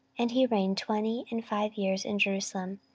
and he reigned twenty and five years in jerusalem.